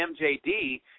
MJD